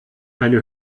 eine